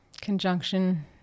conjunction